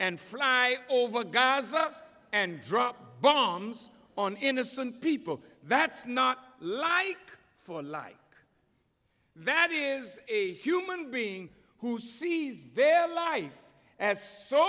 and fly over gaza and drop bombs on innocent people that's not like for like that is a human being who sees very life as so